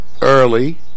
early